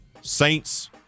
Saints